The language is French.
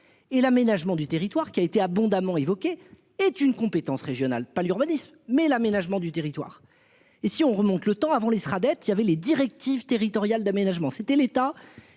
et l'aménagement du territoire qui a été abondamment évoqués est une compétence régionale pas l'urbanisme mais l'aménagement du territoire et si on remonte le temps avant dettes il y avait les directives territoriales d'aménagement. C'était l'état